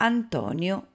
Antonio